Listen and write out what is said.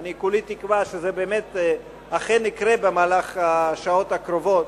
ואני כולי תקווה שזה אכן יקרה במהלך השעות הקרובות,